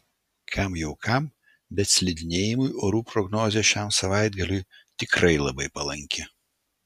kam jau kam bet slidinėjimui orų prognozė šiam savaitgaliui tikrai labai palanki